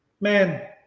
man